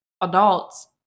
adults